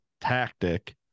tactic